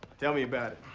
tell me about it.